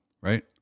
right